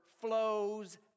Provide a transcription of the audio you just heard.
flows